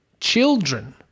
children